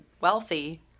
wealthy